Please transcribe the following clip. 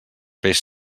peix